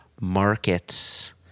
markets